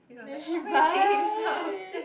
that she buy